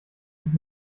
sich